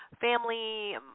family